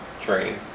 Training